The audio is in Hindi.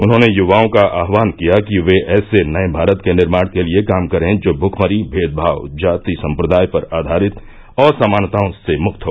उन्होंने युवाओं का आह्वान किया कि वे ऐसे नये भारत के निर्माण के लिए काम करें जो भ्खमरी भेदभाव जाति सम्प्रदाय पर आधारित असमानताओं से मुक्त हो